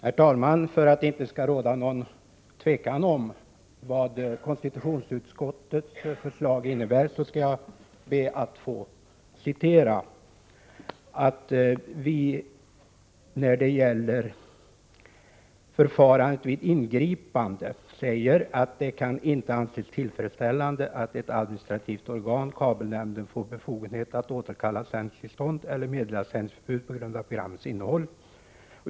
Herr talman! För att det inte skall råda någon tvekan om vad konstitutionsutskottets förslag innebär skall jag be att få citera att vi när det gäller förfarandet vid ingripande säger att det kan ”inte anses tillfredsställande att ett administrativt organ, kabelnämnden, får befogenhet att återkalla sändningstillstånd eller meddela sändningsförbud på grund av programmens innehåll.